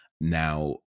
now